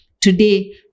today